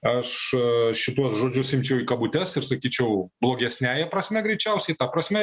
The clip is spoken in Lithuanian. aš šituos žodžius imčiau į kabutes ir sakyčiau blogesniąja prasme greičiausiai ta prasme